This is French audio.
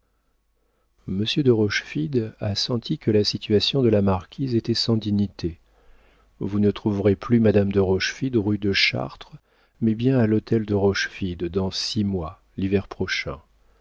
de rochefide a senti que la situation de la marquise était sans dignité vous ne trouverez plus madame de rochefide rue de chartres mais bien à l'hôtel de rochefide dans six mois l'hiver prochain